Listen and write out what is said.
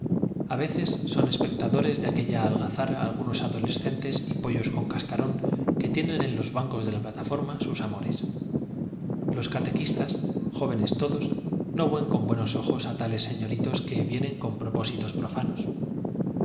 a veces son espectadores de aquella algazara algunos adolescentes y pollos con cascarón que tienen en los bancos de la plataforma sus amores los catequistas jóvenes todos no ven con buenos ojos a tales señoritos que vienen con propósitos profanos